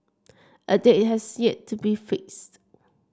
a date has yet to be fixed